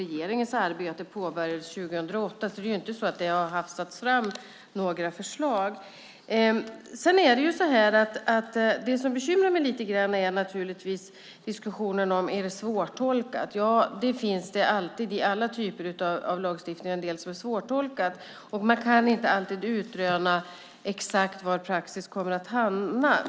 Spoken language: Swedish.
Regeringens arbete med detta påbörjades 2008 så förslagen har inte hafsats fram. Det som lite grann bekymrar mig är naturligtvis diskussionen om svårtolkat. I alla typer av lagstiftningar finns det alltid en del som är svårtolkat. Man kan inte alltid utröna exakt var praxis kommer att hamna.